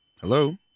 Hello